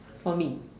for me